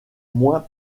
moins